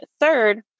third